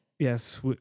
Yes